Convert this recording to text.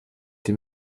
dem